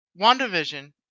WandaVision